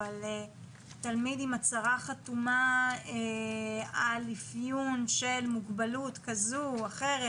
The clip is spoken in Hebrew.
אבל תלמיד עם הצהרה חתומה על אפיון של מוגבלות כזו או אחרת,